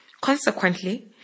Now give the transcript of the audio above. consequently